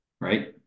right